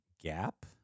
Gap